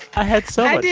i had so yeah